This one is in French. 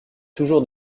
toujours